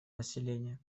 населения